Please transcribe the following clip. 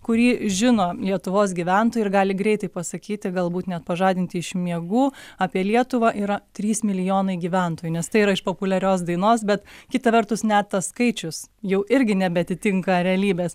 kurį žino lietuvos gyventojai ir gali greitai pasakyti galbūt net pažadinti iš miegų apie lietuvą yra trys milijonai gyventojų nes tai yra iš populiarios dainos bet kita vertus net tas skaičius jau irgi nebeatitinka realybės